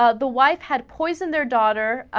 ah the white had place in their daughter ah.